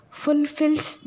fulfills